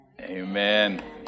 Amen